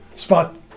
Spot